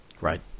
Right